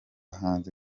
hanze